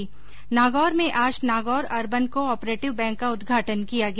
्नागौर में आज Nagaur urban cooperative bank का उद्घाटन किया गया